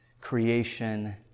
creation